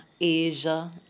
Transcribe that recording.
Asia